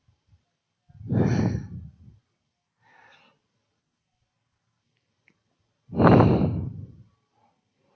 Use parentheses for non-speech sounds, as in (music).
(breath) (breath)